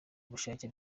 bushake